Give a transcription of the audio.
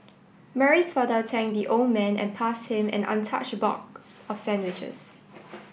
Mary's father thanked the old man and passed him an untouched box of sandwiches